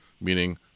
meaning